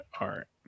art